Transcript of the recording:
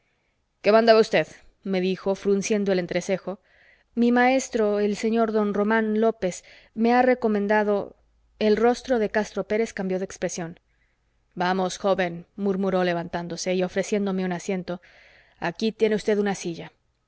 qué mandaba usted me dijo frunciendo el entrecejo mi maestro el señor don román lópez me ha recomendado el rostro de castro pérez cambió de expresión vamos joven murmuró levantándose y ofreciéndome un asiento aquí tiene usted una silla